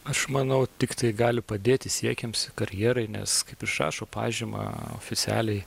aš manau tiktai gali padėti siekiams ir karjerai nes kaip išrašo pažymą oficialiai